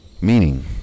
meaning